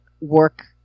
work